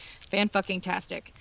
fan-fucking-tastic